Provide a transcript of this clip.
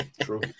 True